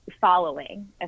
following